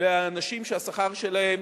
לאנשים שהשכר שלהם